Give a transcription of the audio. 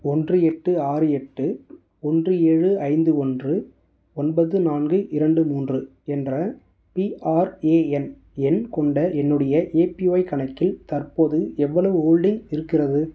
ஒன்று எட்டு ஆறு எட்டு ஒன்று ஏழு ஐந்து ஒன்று ஒன்பது நான்கு இரண்டு மூன்று என்ற பிஆர்ஏஎன் எண் கொண்ட என்னுடைய ஏபிஒய் கணக்கில் தற்போது எவ்வளவு ஹோல்டிங் இருக்கிறது